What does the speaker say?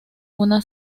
una